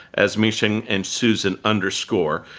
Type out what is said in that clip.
as minxin and susan underscore,